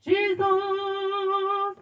Jesus